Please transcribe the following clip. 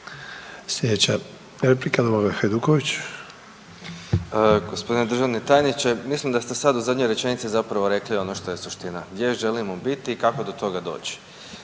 **Hajduković, Domagoj (SDP)** Gospodine državni tajniče. Mislim da ste sada u zadnjoj rečenici zapravo rekli ono što je suština, gdje želimo biti i kako do toga doći.